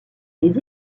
les